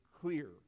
clear